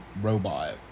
robot